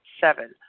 Seven